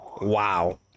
wow